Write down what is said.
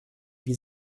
wie